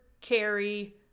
Carrie